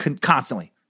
constantly